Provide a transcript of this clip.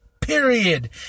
Period